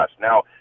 now